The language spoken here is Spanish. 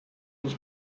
sus